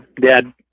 Dad